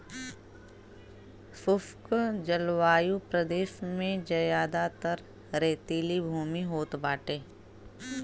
शुष्क जलवायु प्रदेश में जयादातर रेतीली भूमि होत बाटे